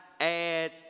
add